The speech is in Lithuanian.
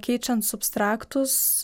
keičiant substraktus